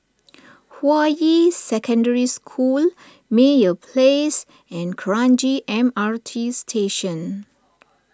Hua Yi Secondary School Meyer Place and Kranji M R T Station